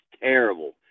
terrible